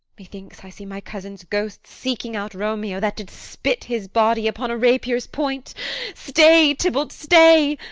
methinks i see my cousin's ghost seeking out romeo, that did spit his body upon a rapier's point stay, tybalt, stay